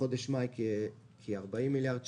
בחודש מאי כ-40 מיליארד שקל.